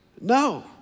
No